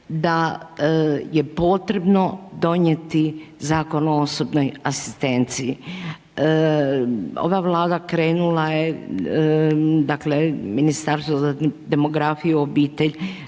da je potrebno donijeti Zakon o osobnoj asistenciji. Ova Vlada krenula je, dakle Ministarstvo za demografiju, obitelj,